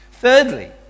Thirdly